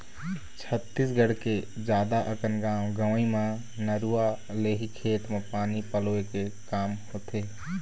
छत्तीसगढ़ के जादा अकन गाँव गंवई म नरूवा ले ही खेत म पानी पलोय के काम होथे